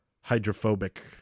hydrophobic